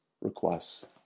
requests